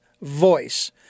voice